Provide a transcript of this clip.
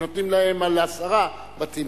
ונותנים להם על עשרה בתים,